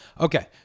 Okay